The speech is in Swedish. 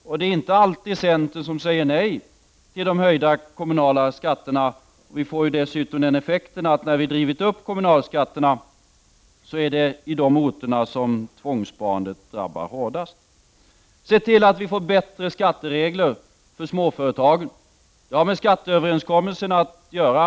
Och det är inte alltid centern som säger nej till de höjda kommunala skatterna. Till det kommer den effekten att det är på de orter där man drivit upp kommunalskatten som tvångssparandet drabbar hårdast. Se till att vi får bättre skatteregler för småföretagen. Det har med skatteöverenskommelsen att göra.